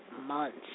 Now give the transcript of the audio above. months